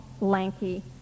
lanky